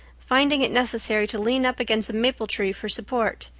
finding it necessary to lean up against a maple tree for support,